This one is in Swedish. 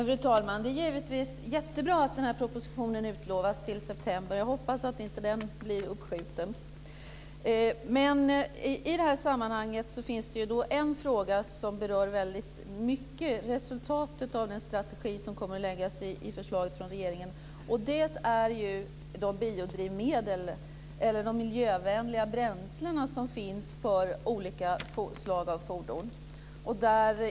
Fru talman! Det är givetvis jättebra att den här propositionen utlovas till september. Jag hoppas att den inte blir uppskjuten. Men i det här sammanhanget finns det en fråga som väldigt mycket berör resultatet av den strategi som kommer att läggas fram i förslaget från regeringen. Det är de miljövänliga bränslen som finns för olika slag av fordon.